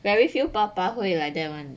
very few 爸爸会 like that one